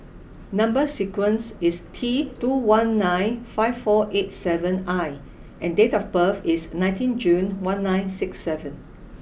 number sequence is T two one nine five four eight seven I and date of birth is nineteen June one nine six seven